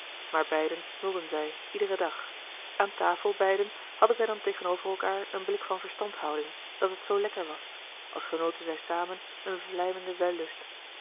maar beiden smulden zij iederen dag aan tafel beiden hadden zij dan tegenover elkaâr een blik van verstandhouding dat het zoo lekker was als genoten zij samen een vlijmenden wellust